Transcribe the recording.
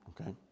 Okay